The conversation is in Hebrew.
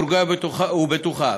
רגועה ובטוחה.